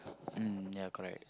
mm ya correct